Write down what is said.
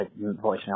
voicemail